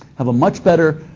have a much better,